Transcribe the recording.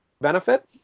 Benefit